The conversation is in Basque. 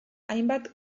hainbat